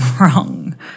wrong